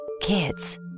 Kids